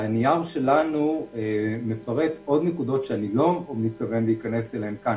הנייר שלנו מפרט עוד נקודות שאני לא מתכוון להיכנס אליהן כאן,